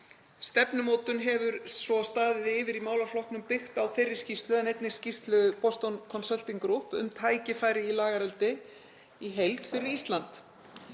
Stefnumótun hefur svo staðið yfir í málaflokknum, byggt á þeirri skýrslu en einnig skýrslu Boston Consulting Group um tækifæri í lagareldi í heild fyrir Ísland.